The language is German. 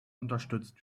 unterstützt